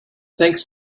thanks